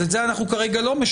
אז את זה אנחנו כרגע לא משנים.